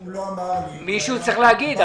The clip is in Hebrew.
מישהו צריך להגיד,